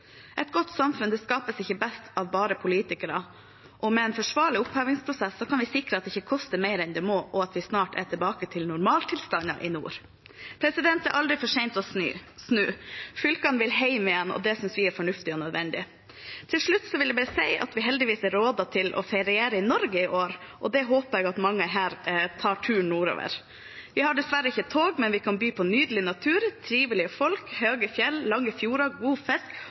Et godt samfunn skapes ikke best av bare politikere. Med en forsvarlig opphevingsprosess kan vi sikre at det ikke koster mer enn det må, og at vi snart er tilbake til normaltilstander i nord. Det er aldri for sent å snu. Fylkene vil hjem igjen, og det synes vi er fornuftig og nødvendig. Til slutt vil jeg bare si at vi heldigvis er rådet til å feriere i Norge i år, og da håper jeg at mange her tar turen nordover. Vi har dessverre ikke tog, men vi kan by på nydelig natur, trivelige folk, høye fjell, lange fjorder, god fisk